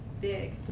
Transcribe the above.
big